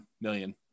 million